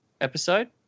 episode